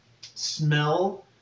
smell